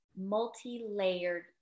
multi-layered